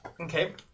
Okay